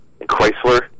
Chrysler